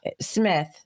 Smith